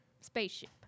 spaceship